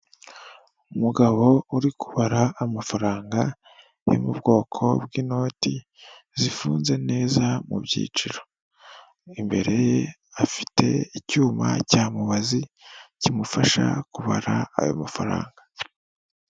Umugabo uri kubara amafaranga yo mu bwoko bw'inoti zifunze neza mu byiciro, imbere ye afite icyuma cya mubazi kimufasha kubara ayo mafaranga.